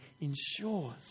ensures